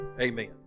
amen